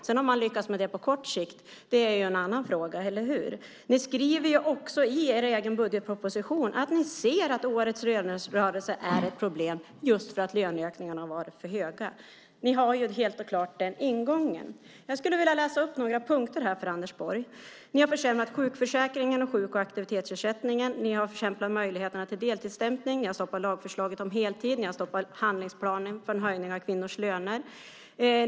Om man sedan lyckas med det på sikt är en annan fråga, eller hur? Ni skriver i er egen budgetproposition att ni ser att årets lönerörelse är ett problem just därför att löneökningarna har varit för stora. Helt klart har ni ju den ingången. Jag skulle vilja läsa upp några punkter för Anders Borg. Ni har försämrat sjukförsäkringen och sjuk och aktivitetsersättningen. Ni har försämrat möjligheterna till deltidsstämpling. Ni har stoppat lagförslaget om heltid. Ni har stoppat handlingsplanen för en höjning av kvinnors löner.